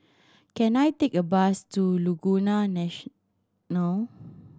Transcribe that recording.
can I take a bus to Laguna National